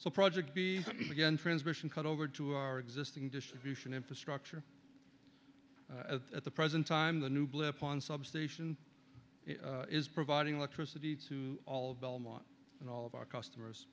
project b again transmission cut over to our existing distribution infrastructure at the present time the new blip on substation is providing electricity to all belmont and all of our